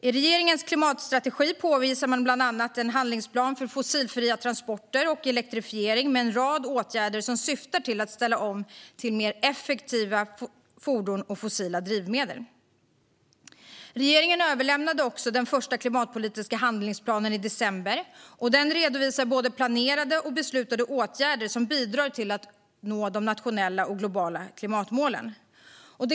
I regeringens klimatstrategi visar man bland annat på en handlingsplan för fossilfria transporter och elektrifiering med en rad åtgärder som syftar till att ställa om till mer effektiva fordon och fossilfria drivmedel. Regeringen överlämnade också den första klimatpolitiska handlingsplanen i december. Den redovisar både planerade och beslutade åtgärder som bidrar till att nå de nationella och globala klimatmålen.